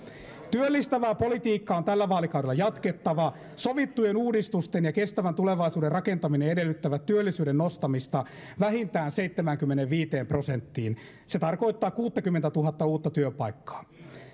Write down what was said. työllistävää politiikkaa on tällä vaalikaudella jatkettava sovittujen uudistusten ja kestävän tulevaisuuden rakentaminen edellyttävät työllisyyden nostamista vähintään seitsemäänkymmeneenviiteen prosenttiin se tarkoittaa kuusikymmentätuhatta uutta työpaikkaa